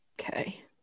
okay